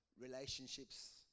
relationships